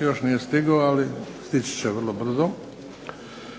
još nije stigao ali stići će vrlo brzo.